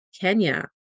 Kenya